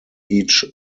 each